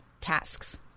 tasks